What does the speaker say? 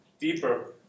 deeper